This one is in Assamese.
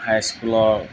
হাইস্কুলৰ